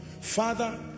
father